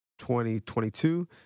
2022